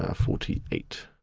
ah forty eight.